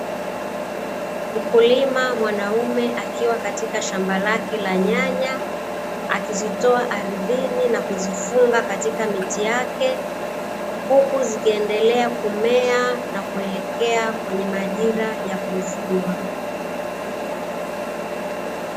Mkulima mwanaume akiwa katika shamba lake la nyanya, akizitoa ardhini na kuzifunga katika miti yake, huku zikiendelea kumea na kuelekea kwenye majira ya kuvunwa.